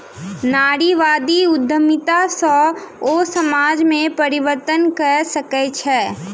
नारीवादी उद्यमिता सॅ ओ समाज में परिवर्तन कय सकै छै